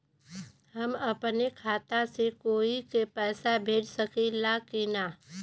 हम अपने खाता से कोई के पैसा भेज सकी ला की ना?